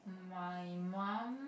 my mum